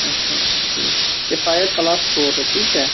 اچھا اچھا ٹھیٖک کیفایت کَلاس فورتھ ٹھیٖک چھا